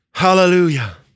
Hallelujah